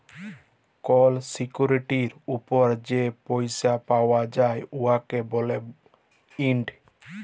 call সিকিউরিটির উপর যে পইসা পাউয়া যায় উয়াকে ব্যলে ইল্ড